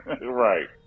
Right